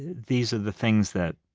these are the things that,